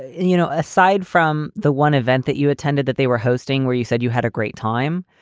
you know, aside from the one event that you attended that they were hosting where you said you had a great time.